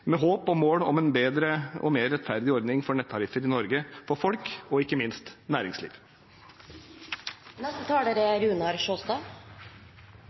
med håp og mål om en bedre og mer rettferdig ordning for nettariffer i Norge for folk og ikke minst næringsliv. Også Arbeiderpartiet er